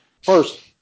first